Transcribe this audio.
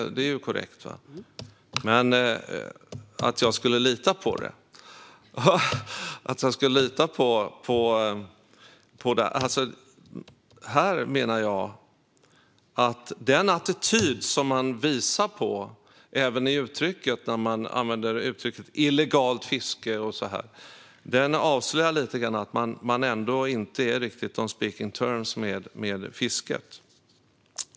Det är korrekt. Men det är en annan sak att lita på det. Jag menar att den attityd man visar, när man använder uttrycket "illegalt fiske" och så vidare, ändå avslöjar lite att man inte riktigt är on speaking terms med fisket.